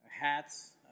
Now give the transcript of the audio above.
hats